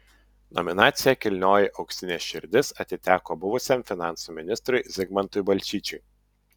nominacija kilnioji auksinė širdis atiteko buvusiam finansų ministrui zigmantui balčyčiui